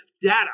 data